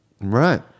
Right